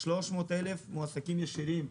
300 אלף מועסקים ישירים,